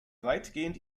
weitgehend